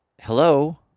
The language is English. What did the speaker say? hello